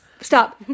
Stop